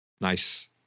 Nice